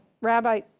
Rabbi